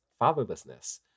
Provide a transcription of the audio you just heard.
fatherlessness